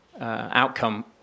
outcome